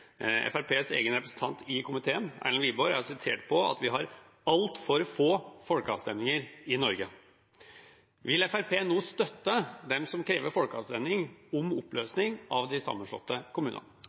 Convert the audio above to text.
egen representant i komiteen, Erlend Wiborg, er sitert på at vi har altfor få folkeavstemninger i Norge. Vil Fremskrittspartiet nå støtte dem som krever folkeavstemning om